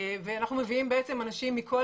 אנחנו מביאים אנשים שנפגעו משברון מכל